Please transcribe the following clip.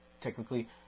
technically